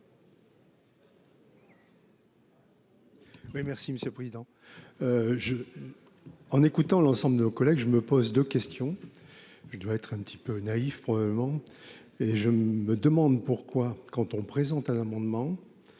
Oui, merci Monsieur le Président. Je. En écoutant l'ensemble de nos collègues, je me pose de questions. Je devais être un petit peu naïf probablement et je me demande pourquoi quand on présente un amendement.